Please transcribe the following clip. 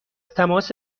تماس